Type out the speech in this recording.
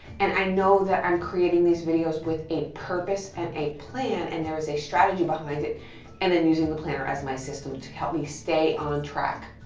and i know that i'm creating these videos with a purpose and a plan and there is a strategy behind it and i'm using the planner as my system to help me stay on track.